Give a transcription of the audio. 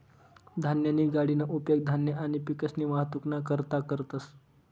धान्यनी गाडीना उपेग धान्य आणि पिकसनी वाहतुकना करता करतंस